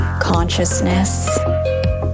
consciousness